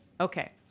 Okay